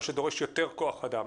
מה שדורש יותר כוח אדם,